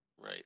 Right